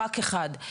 רק אחד.